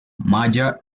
maya